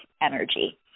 energy